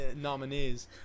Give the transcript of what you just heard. nominees